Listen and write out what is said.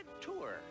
tour